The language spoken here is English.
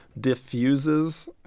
diffuses